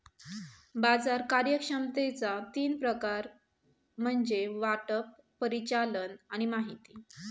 बाजार कार्यक्षमतेचा तीन सामान्य प्रकार म्हणजे वाटप, परिचालन आणि माहिती